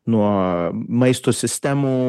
nuo maisto sistemų